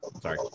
sorry